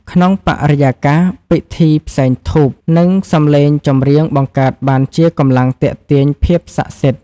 ក្នុងបរិយាកាសពិធី ផ្សែងធូប និងសំឡេងចម្រៀងបង្កើតបានជាកម្លាំងទាក់ទាញភាពសក្ដិសិទ្ធិ។